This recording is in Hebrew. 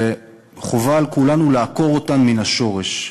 וחובה על כולנו לעקור אותן מן השורש,